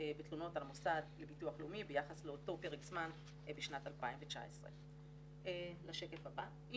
בתלונות על המוסד לביטוח לאומי ביחס לאותו פרק זמן בשנת 2019. אם